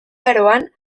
aroan